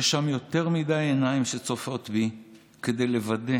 יש שם יותר מדי עיניים שצופות בי כדי לוודא